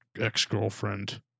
ex-girlfriend